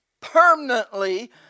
permanently